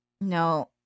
No